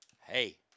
Hey